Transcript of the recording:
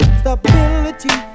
stability